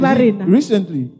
recently